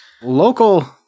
local